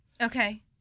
Okay